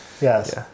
Yes